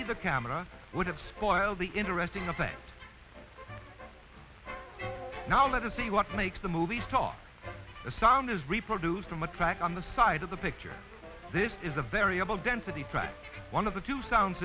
either camera would have spoiled the interesting effect now let us see what makes the movies top the sound is reproduced from a track on the side of the picture this is a variable density tried one of the two sound